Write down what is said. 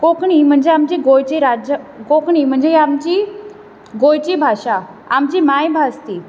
कोंकणी म्हजे आमची गोंयची राज्य कोंकणी म्हणजे आमची गोंयची भाशा आमची मायभास ती